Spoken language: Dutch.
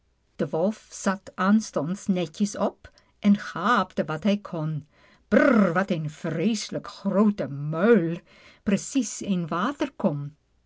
de wolf zat aanstonds netjes op en gaapte wat hij kon brrr wat een vrees'lijk groote muil precies een waterkom